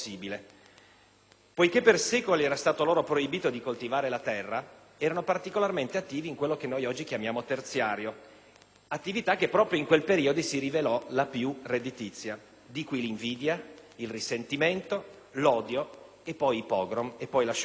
Poiché per secoli era stato loro proibito di coltivare la terra, erano particolarmente attivi in quello che noi oggi chiamiamo terziario, attività che proprio in quel periodo si rivelò la più redditizia. Di qui l'invidia, il risentimento, l'odio, poi i *pogrom* e la Shoah.